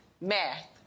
math